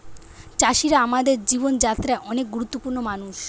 চাষিরা আমাদের জীবন যাত্রায় অনেক গুরুত্বপূর্ণ মানুষ